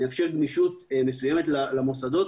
נאפשר גמישות מסוימת למוסדות,